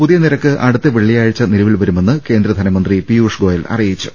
പുതിയ നിരക്ക് അടുത്ത വെള്ളിയാഴ്ച നിലവിൽ വരു മെന്ന് കേന്ദ്രധനമന്ത്രി പീയൂഷ് ഗോയൽ അറിയിച്ചു